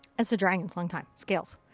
it's a dragon. long time. scales.